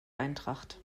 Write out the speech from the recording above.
eintracht